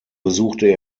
besuchte